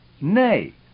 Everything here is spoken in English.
Nay